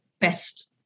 best